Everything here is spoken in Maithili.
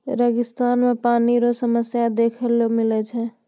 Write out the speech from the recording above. रेगिस्तान मे पानी रो समस्या देखै ले मिलै छै